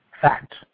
fact